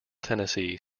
tennessee